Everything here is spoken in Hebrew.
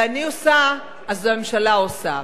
ואני עושה, אז הממשלה עושה.